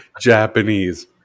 Japanese